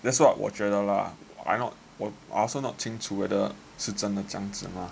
that's what 我觉得 lah I also not 清楚 whether 是真的这样之吗